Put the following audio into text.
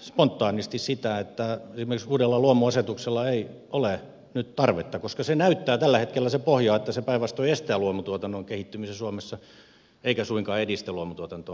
spontaanisti sitä että esimerkiksi uudella luomuasetukselle ei ole nyt tarvetta koska se pohja näyttää tällä hetkellä siltä että se päinvastoin estää luomutuotannon kehittymisen suomessa eikä suinkaan edistä luomutuotantoa